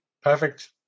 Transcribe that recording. Perfect